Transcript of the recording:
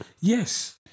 yes